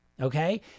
okay